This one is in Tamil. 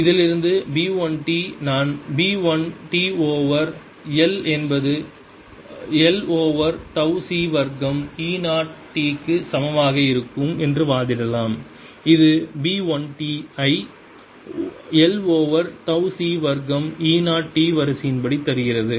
இதிலிருந்து B 1 t நான் B 1 t ஓவர் l என்பது l ஓவர் தவ் C வர்க்கம் E 0 t க்கு சமமாக இருக்கும் என்று வாதிடலாம் இது B 1 t ஐ l ஓவர் தவ் C வர்க்கம் E 0 t வரிசையின் படி தருகிறது